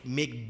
make